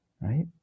right